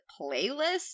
playlist